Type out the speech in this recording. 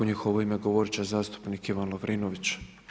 U njihovo ime govoriti će zastupnik Ivan Lovrinović.